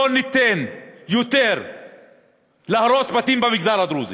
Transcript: לא ניתן להרוס בתים במגזר הדרוזי.